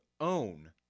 own